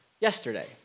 yesterday